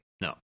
No